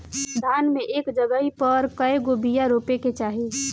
धान मे एक जगही पर कएगो बिया रोपे के चाही?